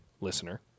listener